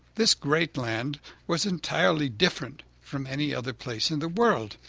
this great land was entirely different from any other place in the world.